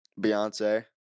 Beyonce